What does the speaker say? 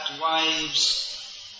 wives